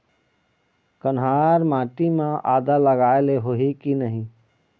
कन्हार माटी म आदा लगाए ले होही की नहीं?